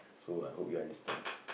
so I hope you understand